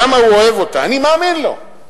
כמה הוא אוהב אותה, אני מאמין לו,